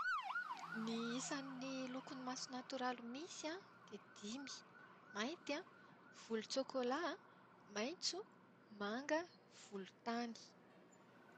Ny isan'ny lokon'ny maso natoraly misy dia dimy: mainty, volon-tsokola, maintso, manga, volontany.